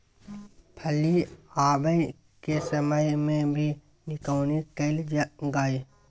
फली आबय के समय मे भी निकौनी कैल गाय?